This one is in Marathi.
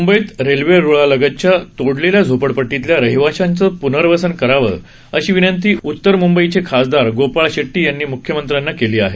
मुंबईत रेल्वेरुळालगतच्या तोडलेल्या झोपडपट्टीतल्या रहिवाश्यांचे प्नर्वसन करावे अशी विनंती उत्तर मुंबईचे खासदार गोपाळ शेटटी यांनी मुख्यमंत्र्यांना केली आहे